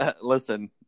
Listen